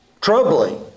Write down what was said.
Troubling